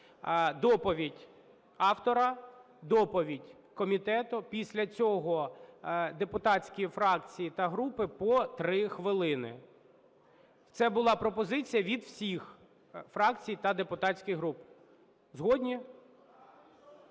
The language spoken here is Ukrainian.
доповідь автора, доповідь комітету, після цього – депутатські фракції та групи по 3 хвилини. Це була пропозиція від усіх фракцій та депутатських груп. Згодні?